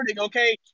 Okay